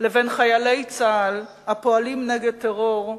לבין חיילי צה"ל הפועלים נגד טרור,